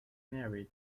married